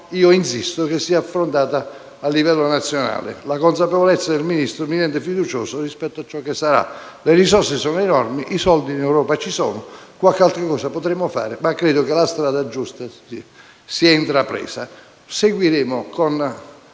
insisto che sia affrontata a livello nazionale. La consapevolezza del Ministro mi rende fiducioso rispetto a ciò che sarà. Le risorse necessarie sono enormi, i soldi in Europa ci sono, qualche altra cosa potremo fare, ma credo che la strada giusta sia stata intrapresa.